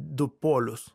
du polius